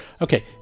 okay